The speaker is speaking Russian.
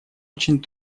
очень